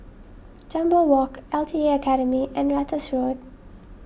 Jambol Walk L T A Academy and Ratus Road